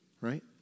right